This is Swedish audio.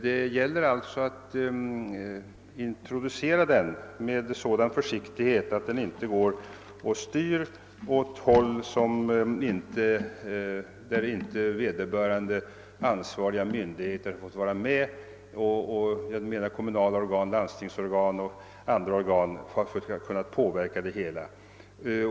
Det gäller alltså att introducera den med sådan försiktighet att den inte börjar styra åt håll där vederbörande ansvariga myndigheter, kommuner, landstingsorgan och andra organ inte fått vara med och inte kunnat påverka det hela.